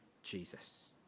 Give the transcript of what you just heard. jesus